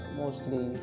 mostly